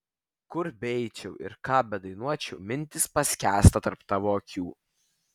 kur beeičiau ir ką bedainuočiau mintys paskęsta tarp tavo akių